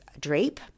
drape